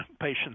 patients